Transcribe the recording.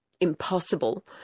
impossible